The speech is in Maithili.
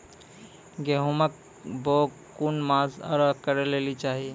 गेहूँमक बौग कून मांस मअ करै लेली चाही?